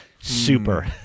Super